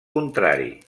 contrari